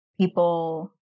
People